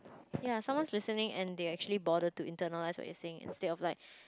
ya someone's listening and they actually bother to internalise what you're saying instead of like